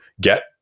get